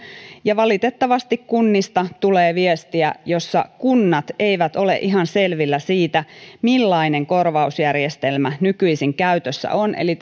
ja valitettavasti kunnista tulee viestiä jonka mukaan kunnat eivät ole ihan selvillä siitä millainen korvausjärjestelmä nykyisin käytössä on eli